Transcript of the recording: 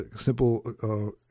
simple